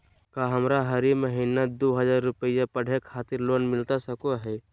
का हमरा हरी महीना दू हज़ार रुपया पढ़े खातिर लोन मिलता सको है?